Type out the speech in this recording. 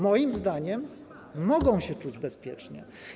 Moim zdaniem mogą się czuć bezpiecznie.